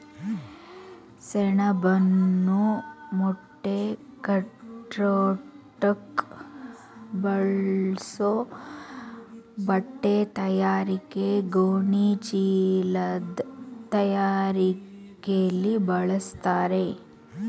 ಸೆಣಬನ್ನು ಮೂಟೆಕಟ್ಟೋಕ್ ಬಳಸೋ ಬಟ್ಟೆತಯಾರಿಕೆ ಗೋಣಿಚೀಲದ್ ತಯಾರಿಕೆಲಿ ಬಳಸ್ತಾರೆ